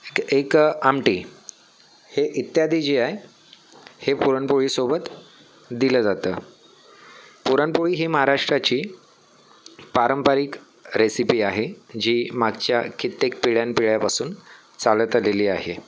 एक आमटी हे इत्यादी जे आहे हे पुरणपोळीसोबत दिलं जातं पुरणपोळी ही महाराष्ट्राची पारंपरिक रेसिपी आहे जी मागच्या कित्येक पिढ्यानपिढ्यापासून चालत आलेली आहे